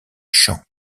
chant